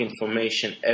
information